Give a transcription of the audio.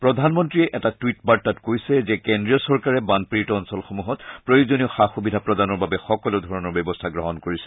প্ৰধানমন্ত্ৰীয়ে এটা টুইট বাৰ্তাত কৈছে যে কেন্দ্ৰীয় চৰকাৰে বানপীডিত অঞ্চলসমূহত প্ৰয়োজনীয় সা সুবিধা প্ৰদানৰ বাবে সকলো ধৰণৰ ব্যৱস্থা গ্ৰহণ কৰিছে